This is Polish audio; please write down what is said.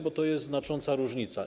Bo to jest znacząca różnica.